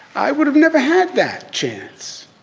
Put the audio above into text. i would have never had that chance.